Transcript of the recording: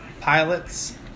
pilots